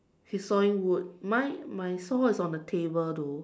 he's sawing wood my my saw is on the table though